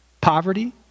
poverty